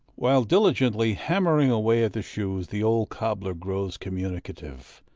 while diligently hammering away at the shoes, the old cobbler grows communicative,